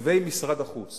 תקציבי משרד החוץ